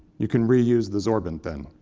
you can reuse the sorbent, then.